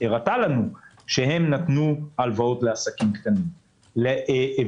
הראתה לנו שהם נתנו הלוואות לעסקים קטנים וזעירים.